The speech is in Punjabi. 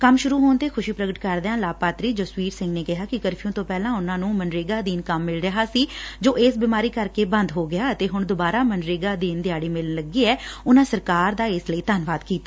ਕੰਮ ਸ਼ੁਰੂ ਹੋਣ ਤੇ ਖੁਸ਼ੀ ਪ੍ਰਗਟ ਕਰਦਿਆਂ ਲਾਭਪਾਤਰੀ ਜਸਵੀਰ ਸਿੰਘ ਨੇ ਕਿਹਾ ਕਿ ਕਰਫਿਊ ਤੋਂ ਪਹਿਲਾਂ ਉਨੂਾਂ ਨੂੰ ਮਨਰੇਗਾ ਅਧੀਨ ਕੰਮ ਮਿਲ ਰਿਹਾ ਸੀ ਜੋ ਇਸ ਬੀਮਾਰੀ ਕਰਕੇ ਬੰਦ ਹੋ ਗਿਆ ਸੀ ਅਤੇ ਹੁਣ ਦੁਬਾਰਾ ਮਨਰੇਗਾ ਅਧੀਨ ਦਿਹਾਡੀ ਮਿਲਣ ਲੱਗੀ ਹੈ ਉਨੂਾਂ ਸਰਕਾਰ ਦਾ ਧੰਨਵਾਦ ਕੀਤਾ